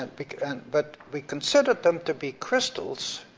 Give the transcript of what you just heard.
and but we considered them to be crystals,